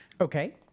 Okay